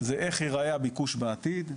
איך ייראה הביקוש בעתיד,